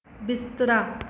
ਬਿਸਤਰਾ